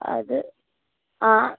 അത് ആ